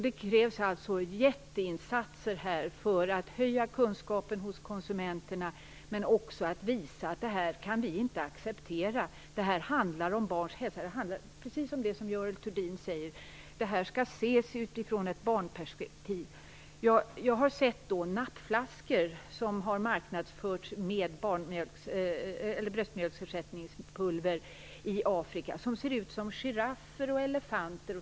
Det krävs alltså jätteinsatser för att höja kunskapen hos konsumenterna, men det krävs också att vi visar att vi inte kan acceptera detta. Det handlar om barns hälsa. Det här skall, precis som Görel Thurdin säger, ses i ett barnperspektiv. Jag har sett nappflaskor som har marknadsförts med bröstmjölksersättningspulver i Afrika som ser ut som giraffer och elefanter.